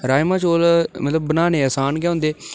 राजमां चौल मतलब बनाने गी असान गै होंदे